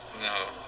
No